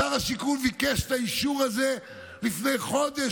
שר השיכון ביקש את האישור הזה לפני חודש,